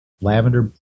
Lavender